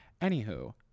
anywho